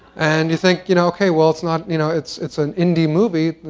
and you think, you know ok. well, it's not you know it's it's an indie movie.